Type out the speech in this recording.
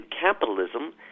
capitalism